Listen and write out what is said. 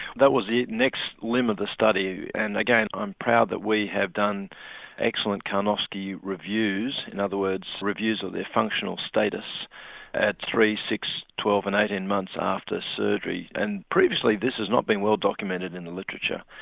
that was the next limb of the study and again i'm proud that we have done excellent karnofsky reviews, in other words reviews of their functional status at three, six, twelve and eighteen months after surgery and previously this has not been well documented in the literature.